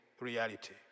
reality